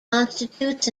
constitutes